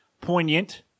poignant